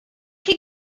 chi